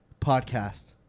Podcast